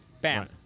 bam